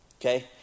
Okay